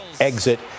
exit